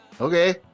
Okay